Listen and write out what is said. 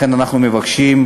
לכן אנחנו מבקשים,